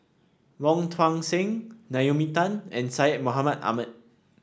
Wong Tuang Seng Naomi Tan and Syed Mohamed Ahmed